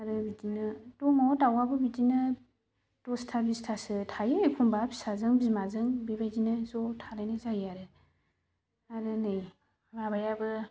आरो बिदिनो दङ दाउआबो बिदिनो दसथा बिसथासो थायो एखनबा फिसाजों बिमाजों बेबायदिनो ज' थालायनाय जायो आरो आरो नै माबायाबो